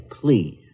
please